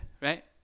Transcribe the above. right